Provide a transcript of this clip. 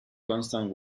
constant